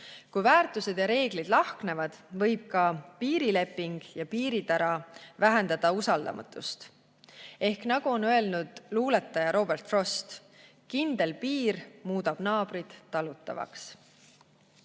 Kui väärtused ja reeglid lahknevad, võib ka piirileping ja piiritara vähendada usaldamatust. Ehk nagu on öelnud luuletaja Robert Frost: kindel piir muudab naabrid talutavaks.Me